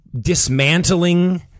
dismantling